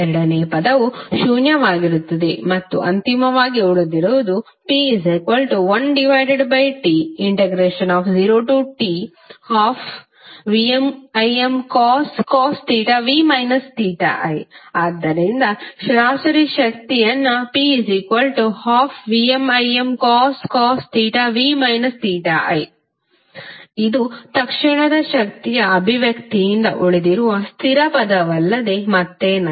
ಎರಡನೆಯ ಪದವು ಶೂನ್ಯವಾಗುತ್ತದೆ ಮತ್ತು ಅಂತಿಮವಾಗಿ ಉಳಿದಿರುವುದು P1T0T12VmImcos v i ಆದ್ದರಿಂದ ಸರಾಸರಿ ಶಕ್ತಿ ಯನ್ನು P12VmImcos v i ಇದು ತಕ್ಷಣದ ಶಕ್ತಿಯ ಅಭಿವ್ಯಕ್ತಿಯಿಂದ ಉಳಿದಿರುವ ಸ್ಥಿರ ಪದವಲ್ಲದೆ ಮತ್ತೇನಲ್ಲ